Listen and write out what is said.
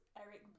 Eric